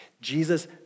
Jesus